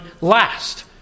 last